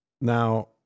now